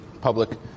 public